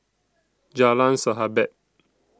Jalan Sahabat